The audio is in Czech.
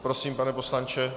Prosím, pane poslanče.